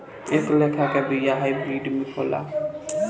एह लेखा के बिया हाईब्रिड होला